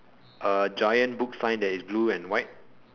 a giant book sign that is blue and white